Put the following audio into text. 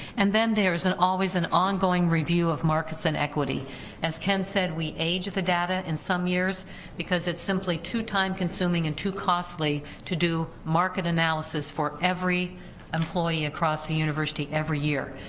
and then there's always an ongoing review of markets inequity as ken said, we age the data in some years because it's simply too time consuming and too costly to do market analysis for every employee across the university every year,